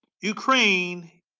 Ukraine